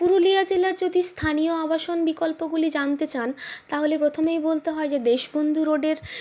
পুরুলিয়া জেলার যদি স্থানীয় আবাসন বিকল্পগুলি জানতে চান তাহলে প্রথমেই বলতে হয় যে দেশবন্ধু রোডের